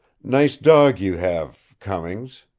nice dog you have, cummings.